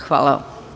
Hvala.